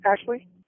Ashley